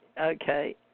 Okay